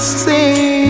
See